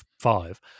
five